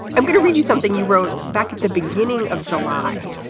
i'm going to read you something you wrote back at the beginning of july.